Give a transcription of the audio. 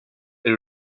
est